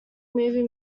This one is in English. movie